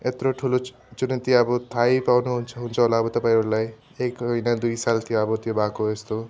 यत्रो ठुलो चुनौती अब थाहै पाउनु हुन् हुन्छ होला तपाईँहरूलाई एक होइन दुई साल थियो अब त्यो भएको यस्तो